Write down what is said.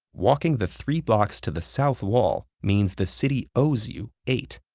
walking the three blocks to the south wall means the city owes you eight.